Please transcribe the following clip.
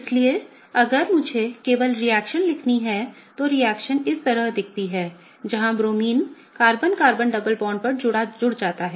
इसलिए अगर मुझे केवल रिएक्शन लिखनी है तो रिएक्शन इस तरह दिखती है जहां bromine carbon carbon double bond पर जुड़ जाता है